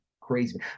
crazy